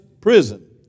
prison